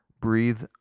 Breathe